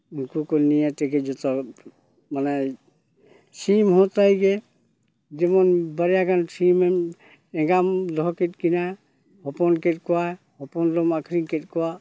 ᱩᱱᱠᱩ ᱠᱚ ᱱᱤᱭᱟᱹ ᱛᱮᱜᱮ ᱡᱚᱛᱚ ᱢᱟᱱᱮ ᱥᱤᱢ ᱦᱚᱸ ᱛᱟᱭ ᱜᱮ ᱡᱮᱢᱚᱱ ᱵᱟᱨᱭᱟ ᱜᱟᱱ ᱥᱤᱢᱮᱢ ᱮᱸᱜᱟᱢ ᱫᱚᱦᱚ ᱠᱮᱫ ᱠᱤᱱᱟᱹ ᱦᱚᱯᱚᱱ ᱠᱮᱫ ᱠᱚᱣᱟᱭ ᱦᱚᱯᱚᱱ ᱫᱚᱢ ᱟᱠᱷᱨᱤᱧ ᱠᱮᱫ ᱠᱚᱣᱟ